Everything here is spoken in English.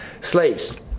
slaves